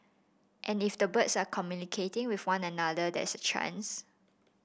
and if the birds are communicating with one another there's a chance